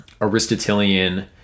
Aristotelian